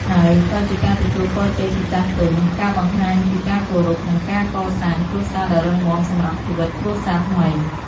ហើយក៏ជាការទទួលពរជ័យពីចាស់ទុំ ការបង្ហាញពីការគោរព និងការកសាងគ្រួសារដ៏រឹងមាំសម្រាប់ជីវិតគ្រួសារថ្មី។